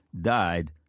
died